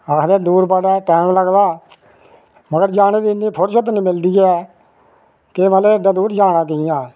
आखदे दूर बड़ा ऐ टाइम लगदा ऐ मगर जाने दी इन्नी फुर्सत नेईं मिलदी ऐ के मतलब एड्डे दूर जाना किंया